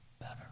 better